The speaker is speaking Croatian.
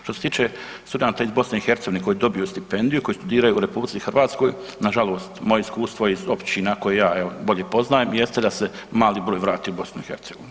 Što se tiče studenata iz BiH koji dobiju stipendiju, koji studiraju u RH na žalost moje iskustvo iz općina koje ja evo bolje poznajem jeste da se mali broj vrati u BiH.